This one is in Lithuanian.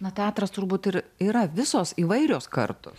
na teatras turbūt ir yra visos įvairios kartos